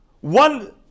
One